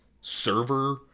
server